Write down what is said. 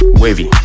wavy